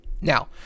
Now